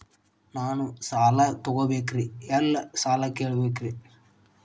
ನಾನು ಸಾಲ ತೊಗೋಬೇಕ್ರಿ ಎಲ್ಲ ಕೇಳಬೇಕ್ರಿ?